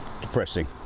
depressing